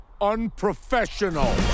unprofessional